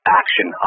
action